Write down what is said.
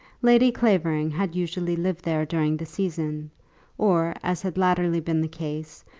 lady clavering had usually lived there during the season or, as had latterly been the case,